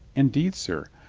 indeed, sir,